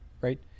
right